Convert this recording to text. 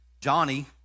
Johnny